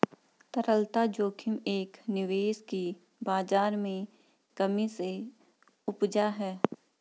तरलता जोखिम एक निवेश की बाज़ार में कमी से उपजा है